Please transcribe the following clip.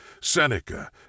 Seneca